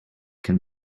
can